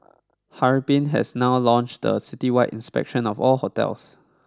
Harbin has now launched a citywide inspection of all hotels